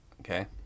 okay